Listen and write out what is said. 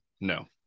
no